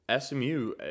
SMU